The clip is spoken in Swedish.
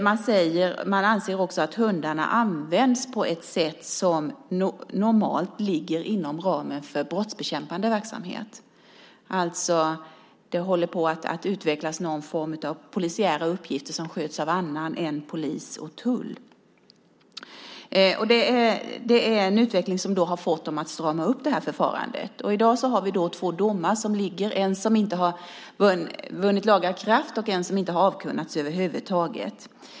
Man anser också att hundarna används på ett sätt som normalt ligger inom ramen för brottsbekämpande verksamhet. Det håller på att utvecklas någon form av polisiära uppgifter som sköts av andra än polis och tull. Det är en utveckling som har fått dem att strama upp det här förfarandet. I dag har vi två domar som ligger, en som inte har vunnit laga kraft och en som inte har avkunnats över huvud taget.